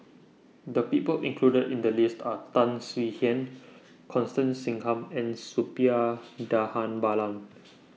The People included in The list Are Tan Swie Hian Constance Singam and Suppiah Dhanabalan